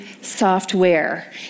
software